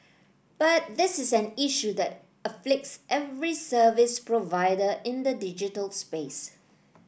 but this is an issue that afflicts every service provider in the digital space